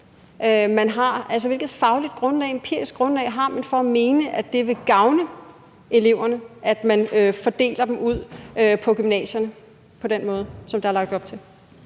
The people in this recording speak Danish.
Hvilket fagligt, empirisk grundlag har man for at mene, at det vil gavne eleverne, at man fordeler dem ud på gymnasierne på den måde, som der er lagt op til?